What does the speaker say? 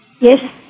Yes